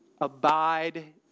abide